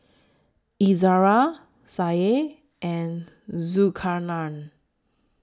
Izara Syah and Zulkarnain